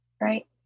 right